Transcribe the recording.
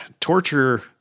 torture